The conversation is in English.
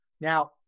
Now